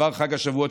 עבר חג השבועות,